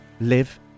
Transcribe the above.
live